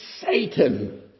Satan